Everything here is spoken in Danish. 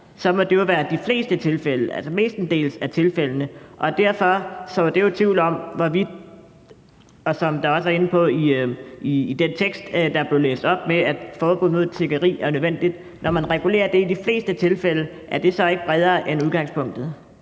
at det må være de fleste tilfælde, altså mestendels af tilfældene? Og derfor sår det jo tvivl om, hvorvidt det, som man også er inde på i den tekst, der blev læst op, med et forbud mod tiggeri, er nødvendigt. Når man regulerer det i de fleste tilfælde, er det så ikke bredere end udgangspunktet?